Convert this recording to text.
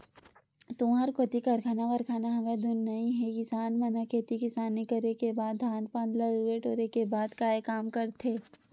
तुँहर कोती कारखाना वरखाना हवय धुन नइ हे किसान मन ह खेती किसानी करे के बाद धान पान ल लुए टोरे के बाद काय काम करथे?